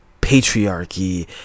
patriarchy